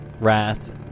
Wrath